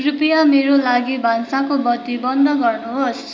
कृपया मेरो लागि भान्साको बत्ती बन्द गर्नुहोस्